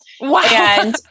Wow